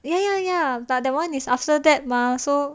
ya ya ya but that one is after that mah so five